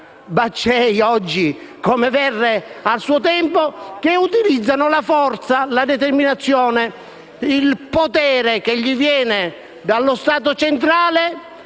Baccei come Verre a suo tempo - che utilizzano la forza, la determinazione e il potere che viene loro dallo Stato centrale